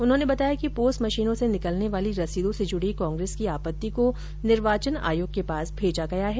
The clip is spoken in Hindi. उन्होंने बताया कि पोस मशीनों से निकलने वाली रसीदों से जुडी कांग्रेस की आपत्ति को निर्वाचन आयोग के पास भेजा गया है